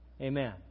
Amen